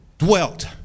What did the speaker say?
Dwelt